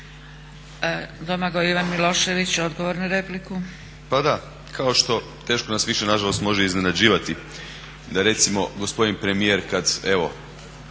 Milošević. **Milošević, Domagoj Ivan (HDZ)** Pa da, kao što teško nas više nažalost može iznenađivati da recimo gospodin premijer kada govori